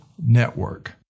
network